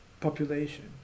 population